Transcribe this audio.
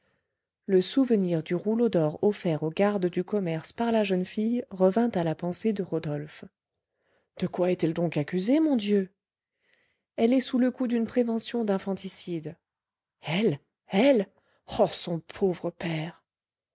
le souvenir du rouleau d'or offert aux gardes du commerce par la jeune fille revint à la pensée de rodolphe de quoi est-elle donc accusée mon dieu elle est sous le coup d'une prévention d'infanticide elle elle oh son pauvre père